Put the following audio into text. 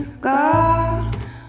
God